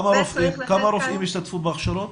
כמה רופאים השתתפו בהכשרות.